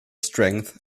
strength